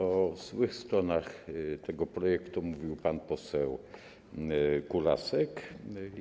O złych stronach tego projektu mówił pan poseł Kulasek.